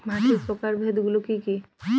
মাটির প্রকারভেদ গুলো কি কী?